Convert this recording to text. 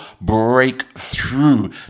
breakthrough